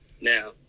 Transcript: Now